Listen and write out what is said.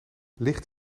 licht